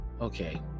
okay